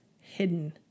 hidden